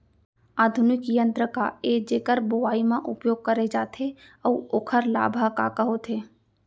आधुनिक यंत्र का ए जेकर बुवाई म उपयोग करे जाथे अऊ ओखर लाभ ह का का होथे?